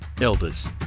Elders